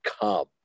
come